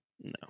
No